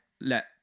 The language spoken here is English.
let